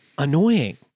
annoying